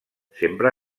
sempre